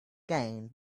gain